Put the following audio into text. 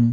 ៗ។